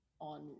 on